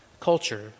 culture